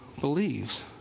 believes